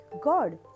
God